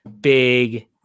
big